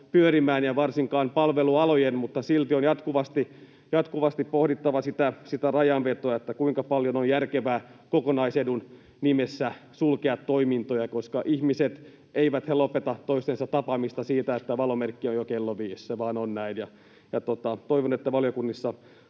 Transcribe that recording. pyörimään, ja varsinkaan palvelualojen. Mutta silti on jatkuvasti pohdittava sitä rajanvetoa, että kuinka paljon on järkevää kokonaisedun nimessä sulkea toimintoja, koska eivät ihmiset lopeta toistensa tapaamista siihen, että valomerkki on jo kello viisi, se vain on näin. Toivon, että valiokunnissa